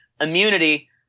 immunity